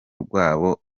rwabo